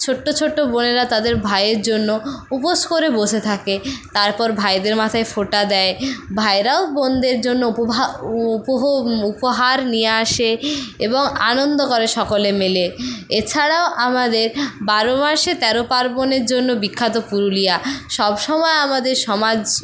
ছোট্ট ছোট্ট বোনেরা তাদের ভাইয়ের জন্য উপোস করে বসে থাকে তারপর ভাইদের মাথায় ফোঁটা দেয় ভাইরাও বোনদের জন্য উপহার নিয়ে আসে এবং আনন্দ করে সকলে মিলে এছাড়াও আমাদের বারো মাসে তেরো পার্বণের জন্য বিখ্যাত পুরুলিয়া সবসময় আমাদের সমাজ